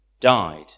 died